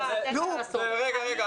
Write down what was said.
לכל ארגון